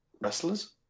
wrestlers